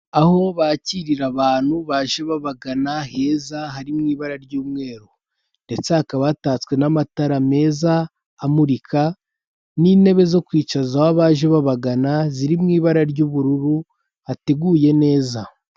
Aho bakirira abantu baje babagana heza hari mu ibara ry'umweru ndetse hakabatatswe n'amatara meza amurika n'intebe zo kwicaza ho abaje babagana ziri mu ibara ry'ubururu hateguye neza.